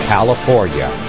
California